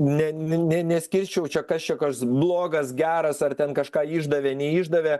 ne ne ne neskirčiau čia kas čia kas blogas geras ar ten kažką išdavei neišdavė